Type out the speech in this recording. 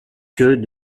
queue